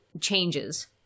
changes